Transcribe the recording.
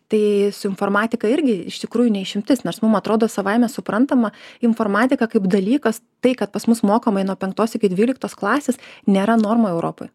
tai su informatika irgi iš tikrųjų ne išimtis nors mum atrodo savaime suprantama informatika kaip dalykas tai kad pas mus mokoma ji nuo penktos iki dvyliktos klasės nėra normų europoj